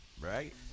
Right